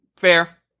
Fair